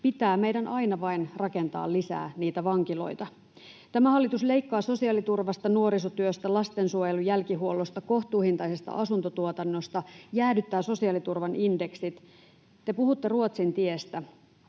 pitää meidän aina vain rakentaa lisää niitä vankiloita. Tämä hallitus leikkaa sosiaaliturvasta, nuorisotyöstä, lastensuojelun jälkihuollosta, kohtuuhintaisesta asuntotuotannosta, jäädyttää sosiaaliturvan indeksit. Te puhutte Ruotsin tiestä,